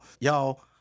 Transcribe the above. Y'all